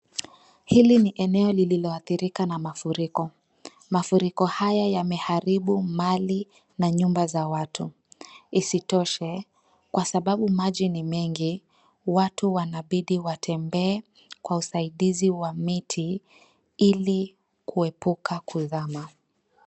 Hili ni eneo lililoathirika na mafuriko, mafuriko haya yameharibu mali na nyumba za watu. Isitoshe kwa sababu maji ni mengi watu wanabidi watembee kwa usaidizi wa miti ili kuepuka kuzama.